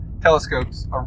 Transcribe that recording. telescopes